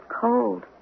cold